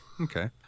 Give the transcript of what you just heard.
Okay